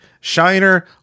Shiner